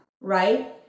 right